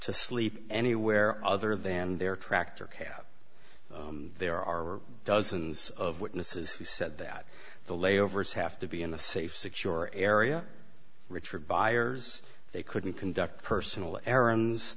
to sleep anywhere other than their tractor cab there are dozens of witnesses who said that the layovers have to be in a safe secure area richard byers they couldn't conduct personal